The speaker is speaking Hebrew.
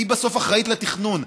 היא בסוף אחראית לתכנון.